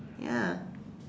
ya